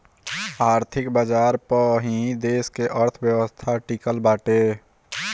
आर्थिक बाजार पअ ही देस का अर्थव्यवस्था टिकल बाटे